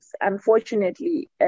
unfortunately